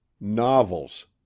Novels